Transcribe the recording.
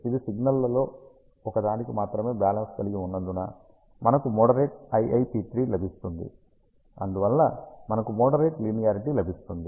ఇది సిగ్నల్స్లో ఒక దానికి మాత్రమే బాలెన్స్ కలిగి ఉన్నందున మనకు మోడరేట్ IIP3 లభిస్తుంది అందువల్ల మనకు మోడరేట్ లీనియారిటీ లభిస్తుంది